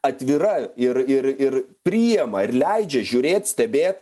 atvira ir ir ir priima ir leidžia žiūrėt stebėt